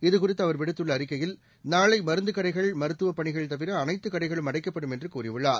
இதுகுறித்து அவா் விடுத்துள்ள அறிக்கையில் நாளை மருந்து கடைகள் மருத்துவப் பணிகள் தவிர அனைத்து கடைகளும் அடைக்கப்படும் என்று கூறியுள்ளார்